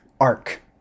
arc